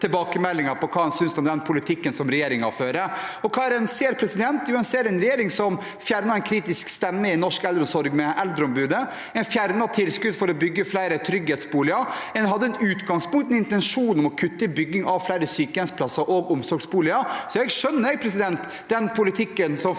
tilbakemeldingen om hva man synes om den politikken regjeringen fører. Hva er det en ser? Jo, en ser en regjering som fjernet en kritisk stemme i norsk eldreomsorg, med eldreombudet. En fjernet tilskudd for å bygge flere trygghetsboliger. En hadde i utgangspunktet en intensjon om å kutte i bygging av flere sykehjemsplasser og omsorgsboliger. Jeg skjønner at folk reagerer på den politikken ute